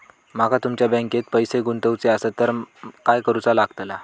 माका तुमच्या बँकेत पैसे गुंतवूचे आसत तर काय कारुचा लगतला?